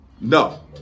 No